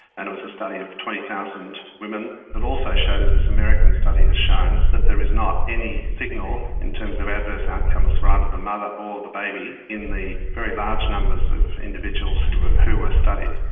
and it was a study of twenty thousand women that also showed, as this american study has shown, that there is not any signal in terms of adverse outcomes for either the mother or the baby in the very large numbers of individuals who were studied.